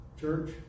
Church